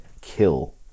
kill